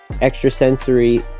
extrasensory